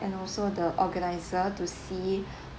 and also the organizer to see